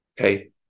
Okay